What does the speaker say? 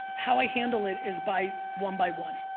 how i handle it is by one by one,